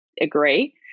agree